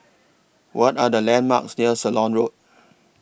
What Are The landmarks near Ceylon Road